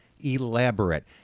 elaborate